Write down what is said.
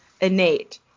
innate